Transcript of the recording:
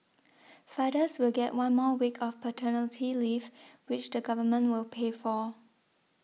fathers will get one more week of paternity leave which the Government will pay for